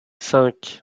cinq